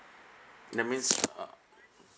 that means ugh